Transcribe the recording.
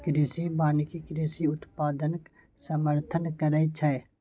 कृषि वानिकी कृषि उत्पादनक समर्थन करै छै